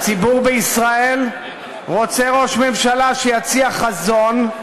הציבור בישראל רוצה ראש ממשלה שיציע חזון,